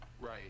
Right